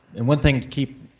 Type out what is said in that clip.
and one thing to keep,